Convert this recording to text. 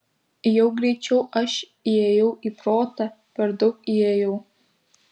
jau greičiau aš įėjau į protą per daug įėjau